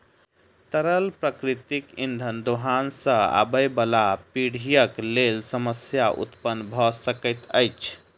तरल प्राकृतिक इंधनक दोहन सॅ आबयबाला पीढ़ीक लेल समस्या उत्पन्न भ सकैत अछि